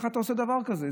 איך אתה עושה דבר כזה?